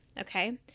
Okay